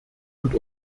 und